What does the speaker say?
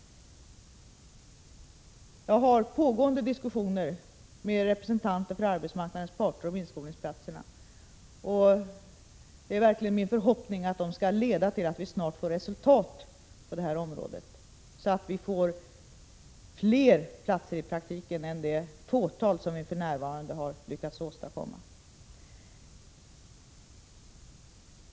Jag har för närvarande diskussioner med representanter för arbetsmarknadens parter om inskolningsplatserna, och det är verkligen min förhoppning att de snart skall leda till resultat på detta område, så att det blir fler platser i praktiken än det fåtal som vi för närvarande har lyckats åstadkomma.